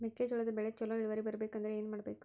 ಮೆಕ್ಕೆಜೋಳದ ಬೆಳೆ ಚೊಲೊ ಇಳುವರಿ ಬರಬೇಕಂದ್ರೆ ಏನು ಮಾಡಬೇಕು?